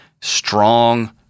strong